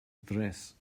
dress